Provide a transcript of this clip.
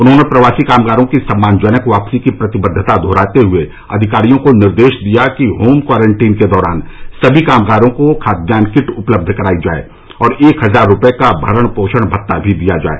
उन्होंने प्रवासी कामगारों की सम्मानजनक वापसी की प्रतिबद्वता दोहराते हुए अधिकारियों को निर्देश दिया कि होम क्वारंटीन के दौरान सभी कामगारों को खाद्यान्न किट उपलब्ध करायी जाए और एक हजार रूपये का भरण पोषण भत्ता भी दिया जाए